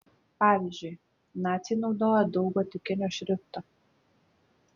pavyzdžiui naciai naudojo daug gotikinio šrifto